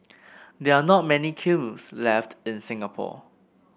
there are not many kilns left in Singapore